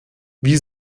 wie